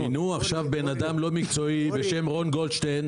מינו עכשיו אדם לא מקצועי בשם רון גולדשטיין.